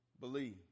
believe